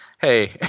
Hey